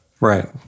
right